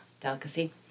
delicacy